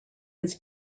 his